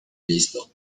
listo